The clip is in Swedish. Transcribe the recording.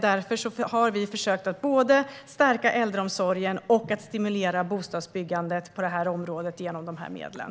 Därför har vi försökt att både stärka äldreomsorgen och stimulera bostadsbyggandet på det här området genom de här medlen.